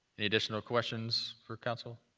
any additional questions for council?